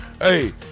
Hey